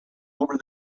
over